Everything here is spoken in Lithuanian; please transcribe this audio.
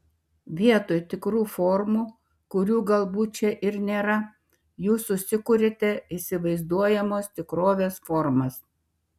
vietoj tikrų formų kurių galbūt čia ir nėra jūs susikuriate įsivaizduojamos tikrovės formas